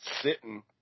sitting